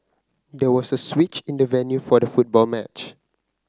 there was a switch in the venue for the football match